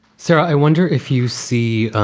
sarah, i wonder if you see